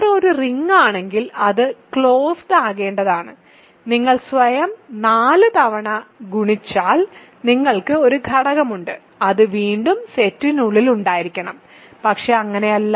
R ഒരു ring ആണെങ്കിൽ അത് ക്ലോസ്ഡ് ആകെണ്ടതാണ് നിങ്ങൾ സ്വയം 4 തവണ ഗുണിച്ചാൽ നിങ്ങൾക്ക് ഒരു ഘടകമുണ്ട് അത് വീണ്ടും സെറ്റിനുള്ളിലായിരിക്കണം പക്ഷേ അങ്ങനെയല്ല